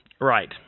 Right